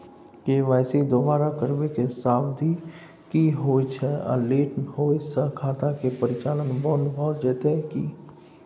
KYC दोबारा करबै के समयावधि की होय छै आ लेट होय स खाता के परिचालन बन्द भ जेतै की?